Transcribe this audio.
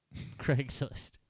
Craigslist